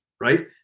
right